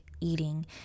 eating